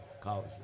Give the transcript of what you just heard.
College